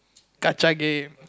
gacha game